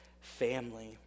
family